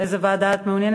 איזו ועדה את מעוניינת?